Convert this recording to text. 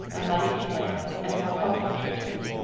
a muddy canal and more poplar trees.